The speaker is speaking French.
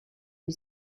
est